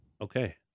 Okay